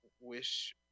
wish